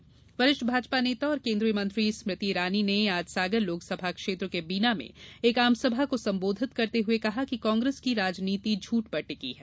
स्मृति इरानी वरिष्ठ भाजपा नेता और केन्द्रीय मंत्री स्मृति इरानी ने आज सागर लोकसभा क्षेत्र के बीना में एक आमसभा को संबोधित करते हुए कहा कि कांग्रेस की राजनीति झूठ पर टिकी है